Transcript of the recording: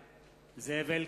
בעד זאב אלקין,